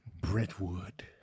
Brentwood